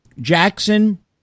Jackson